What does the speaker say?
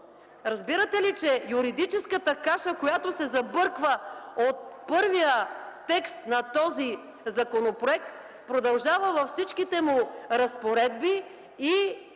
Разбирате ли, че юридическата каша, която се забърква от първия текст на този законопроект, продължава във всичките му разпоредби и